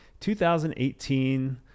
2018